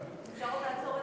אפשר עוד לעצור את זה.